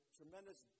tremendous